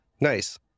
nice